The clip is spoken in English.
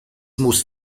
most